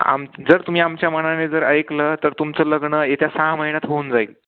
आम्ही जर तुम्ही आमच्या मनाने जर ऐकलं तर तुमचं लग्न येत्या सहा महिन्यात होऊन जाईल